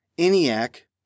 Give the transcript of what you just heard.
ENIAC